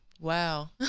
Wow